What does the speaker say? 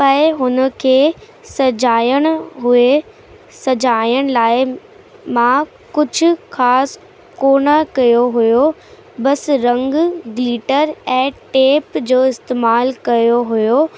पए हुन खे सजाइण हुए सजाइण लाइ मां कुझु ख़ासि कोन कयो हुओ बसि रंग ग्लीटर ऐं टेप जो इस्तेमालु कयो हुओ